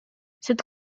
cette